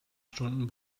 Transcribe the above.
stunden